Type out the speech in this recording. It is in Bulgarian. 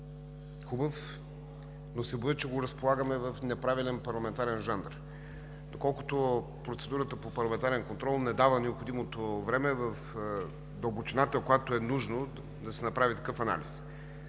хубав, но се боя, че го разполагаме в неправилен парламентарен жанр, доколкото процедурата по парламентарен контрол не дава необходимото време в дълбочината, в която е нужно, да се направи такъв анализ.